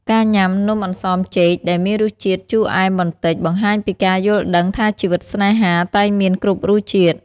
ការញ៉ាំ "នំអន្សមចេក" ដែលមានរសជាតិជូរអែមបន្តិច បង្ហាញពីការយល់ដឹងថាជីវិតស្នេហាតែងមានគ្រប់រសជាតិ។